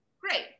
great